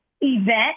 event